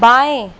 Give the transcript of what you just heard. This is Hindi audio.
बाएं